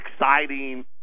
exciting